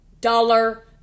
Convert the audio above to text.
dollar